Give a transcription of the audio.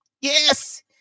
Yes